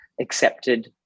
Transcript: accepted